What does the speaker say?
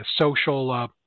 social